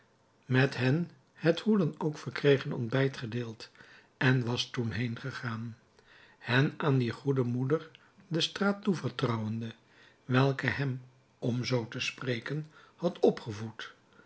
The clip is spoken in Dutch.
met hen het hoe dan ook verkregen ontbijt gedeeld en was toen heengegaan hen aan die goede moeder de straat toevertrouwende welke hem om zoo te spreken had opgevoed